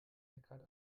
eckhart